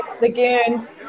lagoons